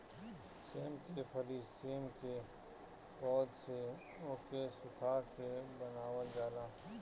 सेम के फली सेम के पौध से ओके सुखा के बनावल जाला